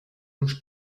uns